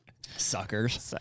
Suckers